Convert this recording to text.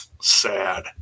sad